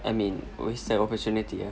I mean wasted opportunity ah